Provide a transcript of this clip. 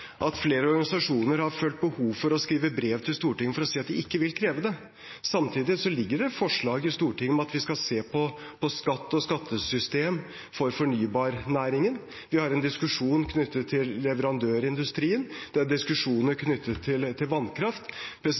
at flere organisasjoner har følt behov for å skrive brev til Stortinget for å si at de ikke vil kreve det. Samtidig ligger det forslag i Stortinget om at vi skal se på skatt og skattesystem for fornybarnæringen, vi har en diskusjon knyttet til leverandørindustrien, og det er diskusjoner knyttet til vannkraft.